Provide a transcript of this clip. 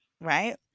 Right